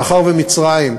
מאחר שמצרים,